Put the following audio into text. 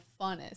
funnest